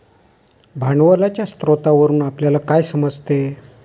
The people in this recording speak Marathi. भांडवलाच्या स्रोतावरून आपल्याला काय समजते?